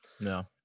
no